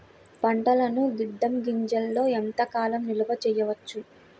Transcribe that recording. పంటలను గిడ్డంగిలలో ఎంత కాలం నిలవ చెయ్యవచ్చు?